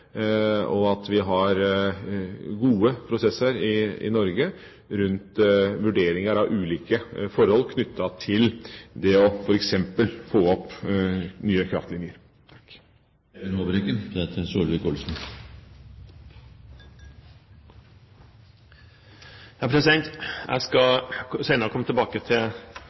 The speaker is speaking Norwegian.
og at vi har gode prosesser i Norge rundt vurderinger av ulike forhold knyttet til f.eks. det å få opp nye kraftlinjer. Jeg skal senere komme tilbake til